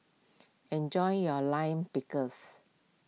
enjoy your Lime Pickle